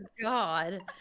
God